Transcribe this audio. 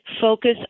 focus